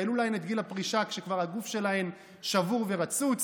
העלו להן את גיל הפרישה כשכבר הגוף שלהן שבור ורצוץ.